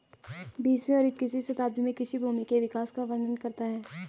बीसवीं और इक्कीसवीं शताब्दी में कृषि भूमि के विकास का वर्णन करता है